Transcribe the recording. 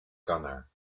gunner